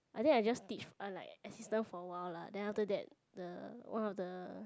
I think I just teach I like assistant for a while lah then after that the one of the